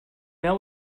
mehr